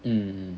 mm mm